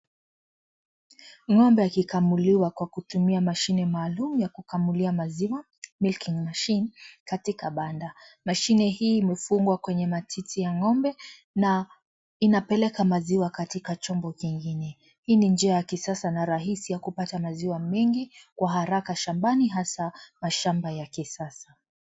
Ngombe akikamuliwa kwa mashine maalimu ya kukamulia maziwa milking machine katika banda. Mashine hii imefungwa kwenye matiti ya ngombe na inapeleka maziwa katika chombo kingine. Hii ni njia ya kisasa na rahisi ya kupata maziwa mengi kwa haraka shambani hasa mashamba ya kisasa.